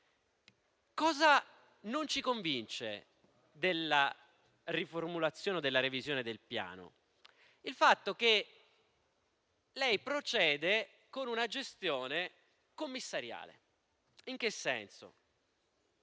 Cosa non ci convince della riformulazione o della revisione del Piano? Il fatto che lei proceda con una gestione commissariale: in che senso,